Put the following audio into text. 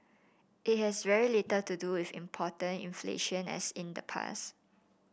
it has very little to do with imported inflation as in the past